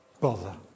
Bother